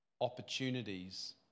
opportunities